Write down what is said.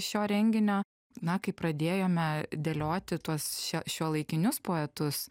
šio renginio na kai pradėjome dėlioti tuos šiuo šiuolaikinius poetus